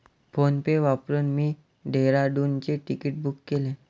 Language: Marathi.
फोनपे वापरून मी डेहराडूनचे तिकीट बुक केले